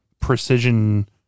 precision